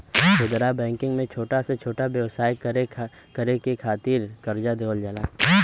खुदरा बैंकिंग में छोटा छोटा व्यवसाय करे के खातिर करजा देवल जाला